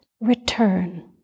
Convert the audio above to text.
return